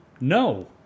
No